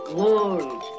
world